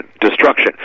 Destruction